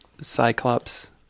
Cyclops